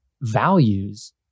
values